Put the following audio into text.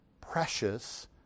precious